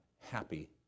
happy